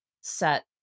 set